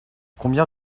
combien